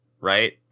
right